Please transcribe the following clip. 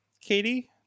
Katie